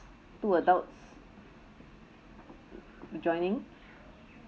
two adults joining